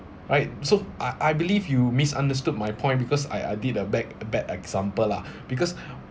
right so I I believe you misunderstood my point because I I did a bad a bad example lah because